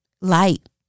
Light